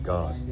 God